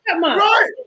Right